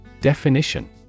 Definition